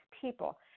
people